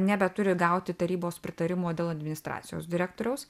nebeturi gauti tarybos pritarimo dėl administracijos direktoriaus